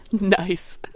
Nice